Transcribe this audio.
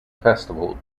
festival